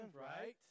right